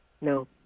no